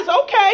Okay